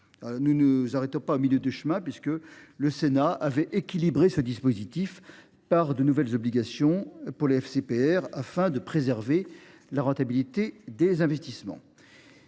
Ne nous arrêtons pas au milieu du chemin : le Sénat avait équilibré ce dispositif par de nouvelles obligations pour les FCPR, afin de préserver la rentabilité de ces investissements.